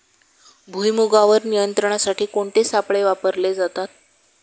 भुईमुगावर नियंत्रणासाठी कोणते सापळे वापरले जातात?